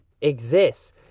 exists